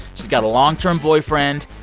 she's got a long-term boyfriend,